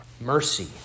Mercy